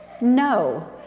no